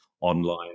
Online